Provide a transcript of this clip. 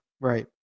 Right